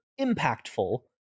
impactful